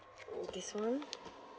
this one